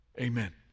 amen